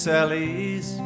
Sally's